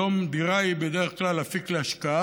היום דירה היא בדרך כלל אפיק להשקעה,